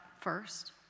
first